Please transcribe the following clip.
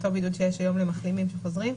אותו בידוד שיש היום למחלימים שחוזרים,